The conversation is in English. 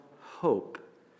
hope